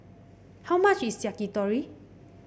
how much is Yakitori